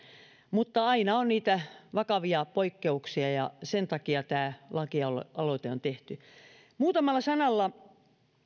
mutta aina on niitä vakavia poikkeuksia ja sen takia tämä lakialoite on tehty muutamalla sanalla